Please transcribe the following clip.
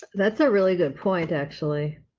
that's a really good point. actually.